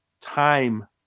time